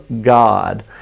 God